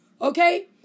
Okay